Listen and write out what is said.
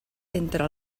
entre